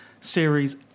series